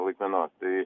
laikmenos tai